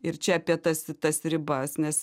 ir čia apie tas tas ribas nes